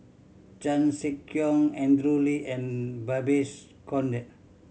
Chan Sek Keong Andrew Lee and Babes Conde